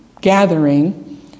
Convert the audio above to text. gathering